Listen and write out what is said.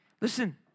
Listen